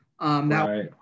Right